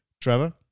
Trevor